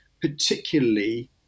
particularly